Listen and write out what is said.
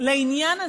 לעניין הזה.